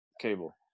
Cable